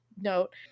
note